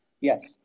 Yes